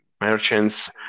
merchants